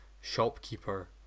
shopkeeper